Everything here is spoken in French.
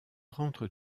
rentre